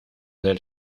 del